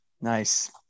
Nice